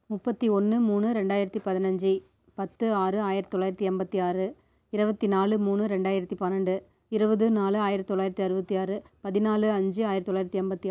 முப்பத்தி ஒன்று மூணு ரெண்டாயிரத்தி பதினைஞ்சி பத்து ஆறு ஆயிரத்தி தொள்ளாயிரத்தி என்பத்தி ஆறு இருபத்தி நாலு மூணு ரெண்டாயிரத்தி பன்னெண்டு இருபது நாலு ஆயிரத்தி தொள்ளாயிரத்தி அறுபத்தி ஆறு பதினாலு அஞ்சு ஆயிரத்தி தொள்ளாயிரத்தி எண்பத்தி ஆ